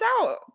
out